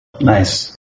Nice